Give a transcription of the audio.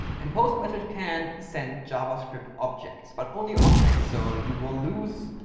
and post message can send javascript objects, but only objects. so you will lose,